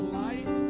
light